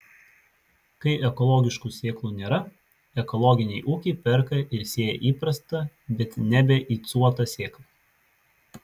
kai ekologiškų sėklų nėra ekologiniai ūkiai perka ir sėja įprastą bet nebeicuotą sėklą